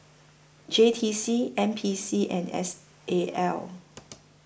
J T C N P C and S A L